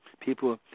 People